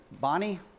Bonnie